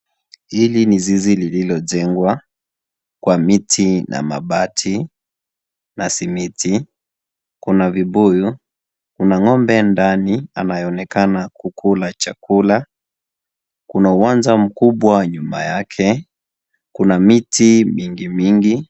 Hili ni zizi lililojengwa kwa miti na mabati na simiti, kuna vibuyu, kuna ng'ombe ndani anayeinekana kukula chakula kuna uwanja mkubwa nyuma yake kuna miti mingimingi.